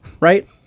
right